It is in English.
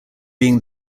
being